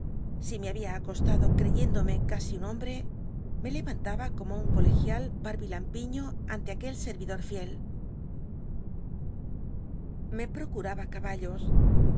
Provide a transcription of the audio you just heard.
si me había acostado creyéndome casi un hombre me le antaba como un colegial bnrbilampiiio ante aquel scr idodiel me procuraba caballos